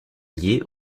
liées